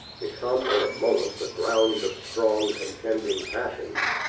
become in a moment the ground of strong, contending passions,